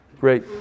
Great